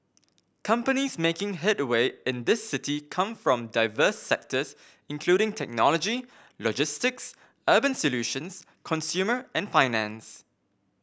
companies making headway in this city come from diverse sectors including technology logistics urban solutions consumer and finance